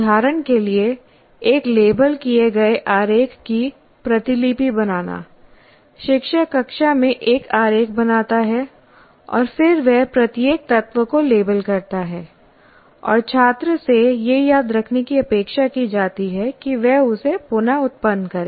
उदाहरण के लिए एक लेबल किए गए आरेख की प्रतिलिपि बनाना शिक्षक कक्षा में एक आरेख बनाता है और फिर वह प्रत्येक तत्व को लेबल करता है और छात्र से यह याद रखने की अपेक्षा की जाती है कि वह उसे पुन उत्पन्न करे